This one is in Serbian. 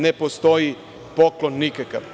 Ne postoji poklon nikakav.